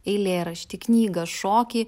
eilėraštį knygą šokį